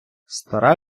стара